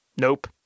Nope